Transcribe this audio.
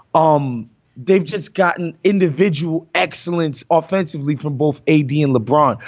um they've just gotten individual excellence offensively from both ada and lebron.